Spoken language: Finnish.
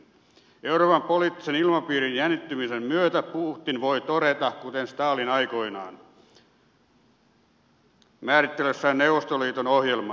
euroopan poliittisen ilmapiirin jännittymisen myötä putin voi todeta kuten stalin aikoinaan määritellessään neuvostoliiton ohjelmaa